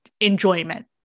enjoyment